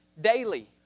daily